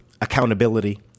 accountability